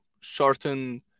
shorten